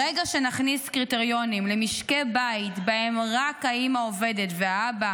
ברגע שנכניס קריטריונים למשקי בית שבהם רק האימא עובדת והאבא